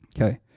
Okay